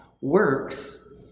works